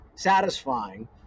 Satisfying